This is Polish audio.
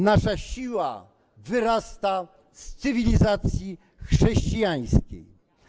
Nasza siła wyrasta z cywilizacji chrześcijańskiej.